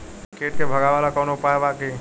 कीट के भगावेला कवनो उपाय बा की?